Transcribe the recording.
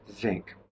zinc